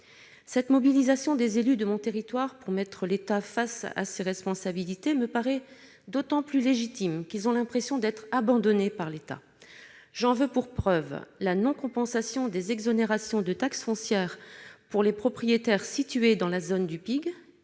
Cette mobilisation des élus de ce territoire, visant à mettre l'État face à ses responsabilités, me paraît d'autant plus légitime que ceux-ci ont l'impression d'être abandonnés par l'État. J'en veux pour preuve la non-compensation des exonérations de taxes foncières pour les propriétaires situés dans la zone du PIG,